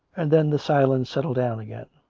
and then the silence settled down again.